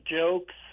jokes